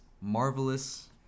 marvelous